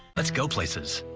let's go places.